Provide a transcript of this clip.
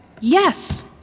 Yes